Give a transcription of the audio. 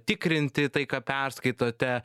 tikrinti tai ką perskaitote